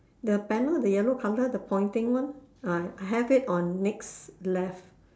the panel the yellow colour the pointing one ah I have it on next left